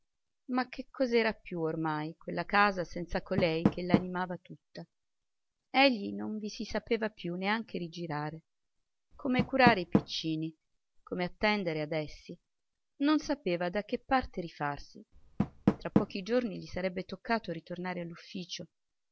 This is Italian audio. ma che cos'era più ormai quella casa senza colei che la animava tutta egli non vi si sapeva più neanche rigirare come curare i piccini come attendere ad essi non sapeva da che parte rifarsi tra pochi giorni gli sarebbe toccato ritornare